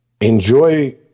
enjoy